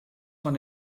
von